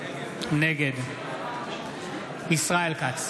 נגד ישראל כץ